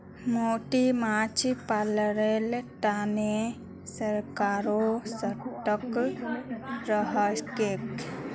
मोती माछ पालनेर तने सरकारो सतर्क रहछेक